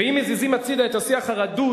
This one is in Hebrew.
ואם מזיזים הצדה את השיח הרדוד,